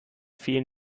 fielen